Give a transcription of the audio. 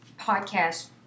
podcast